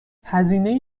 هزینه